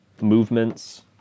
movements